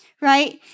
right